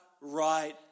right